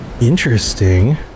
Interesting